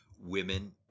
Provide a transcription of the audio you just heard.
women